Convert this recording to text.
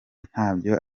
ntabyo